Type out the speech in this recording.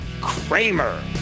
Kramer